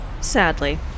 Sadly